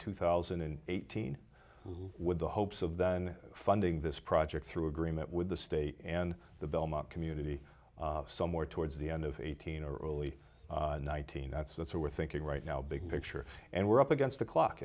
two thousand and eighteen with the hopes of then funding this project through agreement with the state and the belmont community somewhere towards the end of eighteen or only nineteen that's that's where we're thinking right now big picture and we're up against the clock